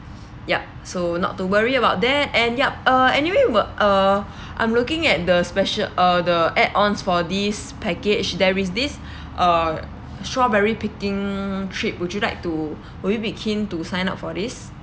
yup so not to worry about that and yup uh anyway we're uh I'm looking at the special uh the add-ons for this package there is this uh strawberry picking trip would you like to would you be keen to sign up for this